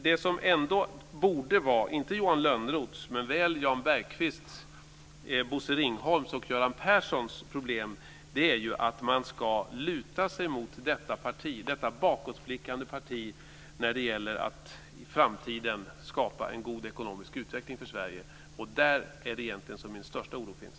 Det som ändå borde vara inte Johan Lönnroths men väl Jan Bergqvists, Bosse Ringholms och Göran Perssons problem är att man ska luta sig mot detta parti, detta bakåtblickande parti, när det gäller att i framtiden skapa en god ekonomisk utveckling för Sverige. Det är egentligen där som min största oro finns.